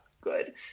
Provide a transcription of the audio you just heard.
good